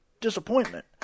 disappointment